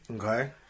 Okay